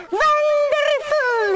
wonderful